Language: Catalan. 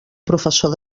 professor